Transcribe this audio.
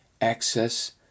access